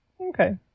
Okay